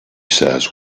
says